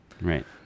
right